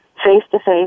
face-to-face